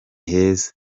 heza